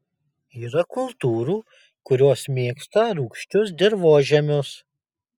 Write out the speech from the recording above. yra kultūrų kurios mėgsta rūgčius dirvožemius